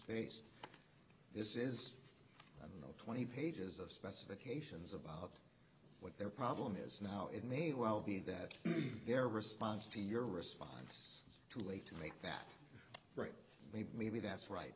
face this is the twenty pages of specifications of what their problem is now it may well be that their response to your response too late to make that right maybe maybe that's right